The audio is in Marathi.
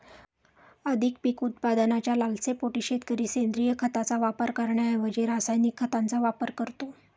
अधिक पीक उत्पादनाच्या लालसेपोटी शेतकरी सेंद्रिय खताचा वापर करण्याऐवजी रासायनिक खतांचा वापर करतो